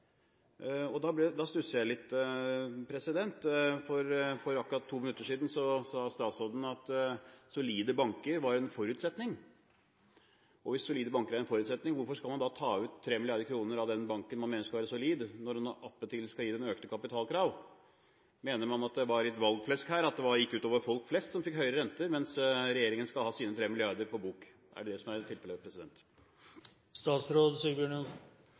DNB. Da stusser jeg litt, for akkurat for to minutter siden sa statsråden at solide banker var en forutsetning. Og hvis solide banker er en forutsetning, hvorfor skal man da ta ut 3 mrd. kr av den banken man mener skal være solid, når en da attpåtil skal gi den økte kapitalkrav? Var det litt valgflesk her, at det gikk ut over folk flest, som fikk høyere renter, mens regjeringen skal ha sine 3 mrd. kr på bok? Er det det som er tilfellet?